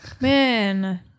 Man